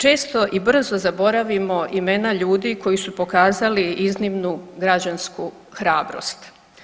Često i brzo zaboravimo imena ljudi koji su pokazali iznimnu građansku hrabrost.